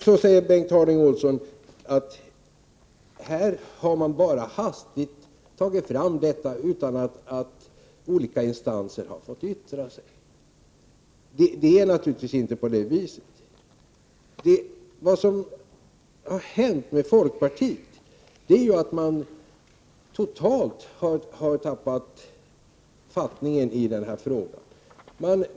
Så säger Bengt Harding Olson att här har man bara hastigt tagit fram detta utan att olika instanser har fått yttra sig. Det är naturligtvis inte på det viset. Vad som har hänt med folkpartiet är ju att man totalt har tappat fattningen iden här frågan.